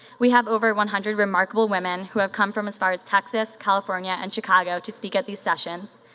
we have over one hundred remarkable women who have come from as far as texas, california and chicago to speak at these sessions.